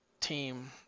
team